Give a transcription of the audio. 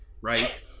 right